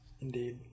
Indeed